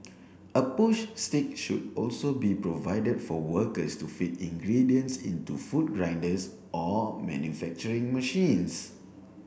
a push stick should also be provided for workers to feed ingredients into food grinders or manufacturing machines